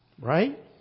Right